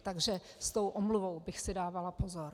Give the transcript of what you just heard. Takže s tou omluvou bych si dávala pozor.